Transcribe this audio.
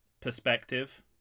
perspective